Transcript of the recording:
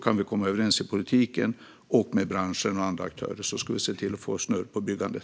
Kan vi komma överens i politiken och med branschen och andra aktörer ska vi se till att få snurr på byggandet!